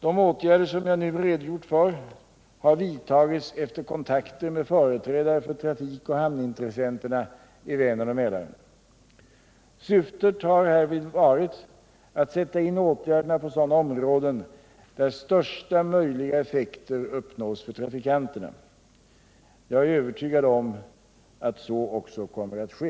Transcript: De åtgärder som jag nu redogjort för har vidtagits efter kontakter med företrädare för trafikoch hamnintressenterna i Vänern och Mälaren. Syftet har härvid varit att sätta in åtgärderna på sådana områden där största möjliga effekter uppnås för trafikanterna. Jag är övertygad om att så också kommer att ske.